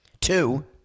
two